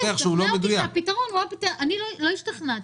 אני לא השתכנעתי.